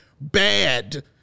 bad